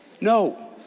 No